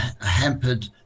hampered